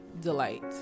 delight